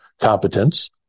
competence